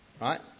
right